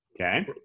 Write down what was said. Okay